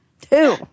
Two